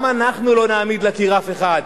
גם אנחנו לא נעמיד לקיר אף אחד,